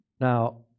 now